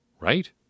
Right